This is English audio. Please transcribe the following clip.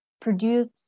produced